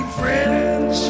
friends